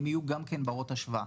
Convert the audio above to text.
הם יהיו גם כן ברות השוואה,